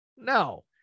No